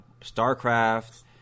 StarCraft